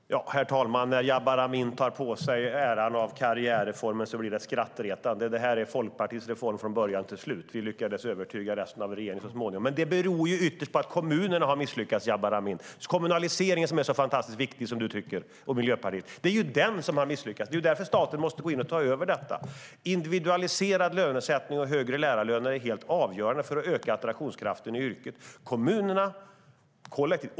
Herr talman! Det blir skrattretande när Jabar Amin tar åt sig äran för karriärreformen. Det är Folkpartiets reform från början till slut, och vi lyckades så småningom övertyga resten av regeringen. Det beror ytterst på att kommunerna har misslyckats, Jabar Amin. Kommunaliseringen, som du och Miljöpartiet tycker är så viktig, har misslyckats. Det är därför staten måste gå in och ta över detta. Individualiserad lönesättning och högre lärarlöner är helt avgörande för att öka attraktionskraften i yrket.